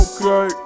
Okay